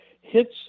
hits